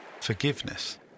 forgiveness